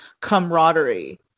camaraderie